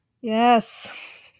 Yes